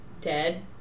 dead